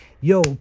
Yo